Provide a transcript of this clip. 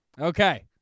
okay